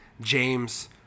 James